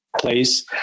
place